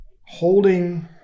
holding